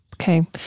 Okay